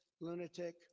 lunatic